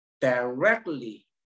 directly